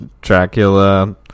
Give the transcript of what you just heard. dracula